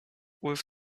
with